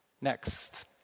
Next